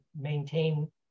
maintain